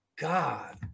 God